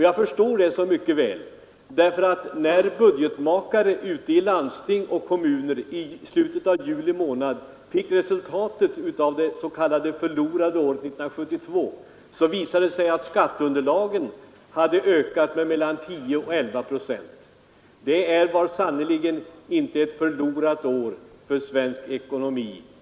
Jag förstår detta mycket väl; när budgetmaka politiska åtgärder re ute i landsting och kommuner i slutet av juli fick resultatet av det s.k. förlorade året 1972, visade det sig att skatteunderlagen hade ökat med mellan 10 och 11 procent. 1972 var sannerligen inte ett förlorat år för svensk ekonomi!